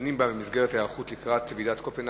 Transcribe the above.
דנים בה במסגרת היערכות לקראת ועידת קופנהגן,